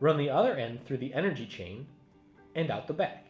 run the other end through the energy chain and out the back.